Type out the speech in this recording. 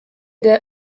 der